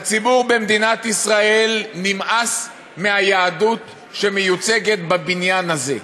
לציבור במדינת ישראל נמאס מהיהדות שמיוצגת בבניין הזה.